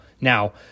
Now